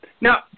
Now